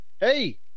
Hey